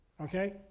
okay